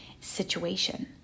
situation